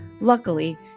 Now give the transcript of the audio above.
Luckily